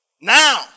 now